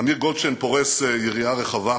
אמיר גולדשטיין פורס יריעה רחבה.